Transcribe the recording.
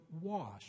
wash